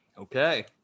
okay